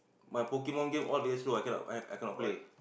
my Pokemon game all very slow I cannot I cannot play